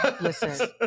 Listen